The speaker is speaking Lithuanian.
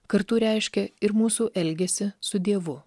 kartu reiškia ir mūsų elgesį su dievu